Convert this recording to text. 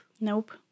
Nope